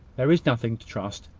there is nothing to trust,